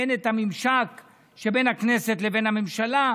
אין את הממשק שבין הכנסת לבין הממשלה.